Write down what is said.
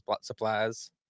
supplies